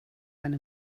eine